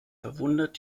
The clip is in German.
verwundert